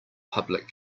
public